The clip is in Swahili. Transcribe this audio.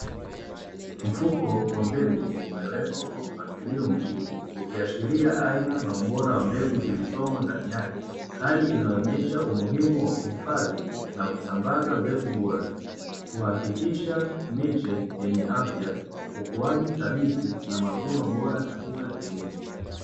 Mfuko wa mbegu umewekwa kwa mpangilio mzuri, ukiashiria aina na ubora wa mbegu zilizomo ndani yake. Hali inayoonyesha umuhimu wa kuhifadhi na kusambaza mbegu bora, kuhakikisha miche yenye afya, ukuaji thabiti na mavuno bora katika kilimo.